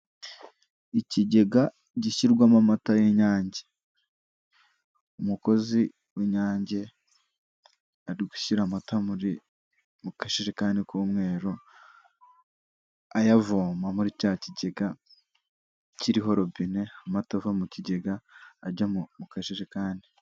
Ikigega gishyirwamo amata y'inyange, umukozi w'inyange, ari gushyira amata mu kajerekani k'umweru, ayavoma muri cya kigega kiriho robine, amata ava mu kigega ajya mu kajerekani.